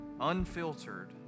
unfiltered